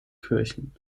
kirchen